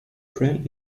brand